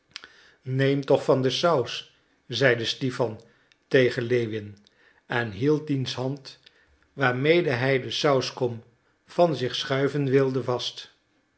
neem toch van de saus zeide stipan tegen lewin en hield diens hand waarmede hij de sauskom van zich schuiven wilde vast